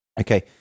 Okay